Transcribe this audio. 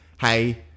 hey